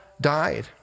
died